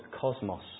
cosmos